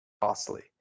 costly